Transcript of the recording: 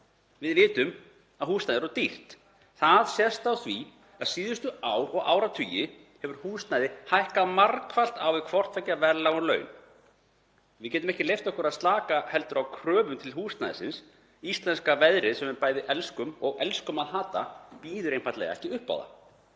Við vitum að húsnæði er of dýrt. Það sést á því að síðustu ár og áratugi hefur húsnæði hækkað margfalt á við hvort tveggja verðlag og laun. Við getum ekki leyft okkur að slaka heldur á kröfum til húsnæðisins. Íslenska veðrið, sem við bæði elskum og elskum að hata, býður einfaldlega ekki upp á það.